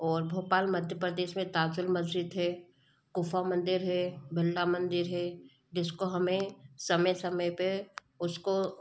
और भोपाल मध्य प्रदेश में ताजुल मस्जिद है गुफ़ा मंदिर है बिरला मंदिर है जिसको हमें समय समय पर उसको